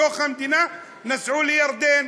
מהמדינה נסעו לירדן,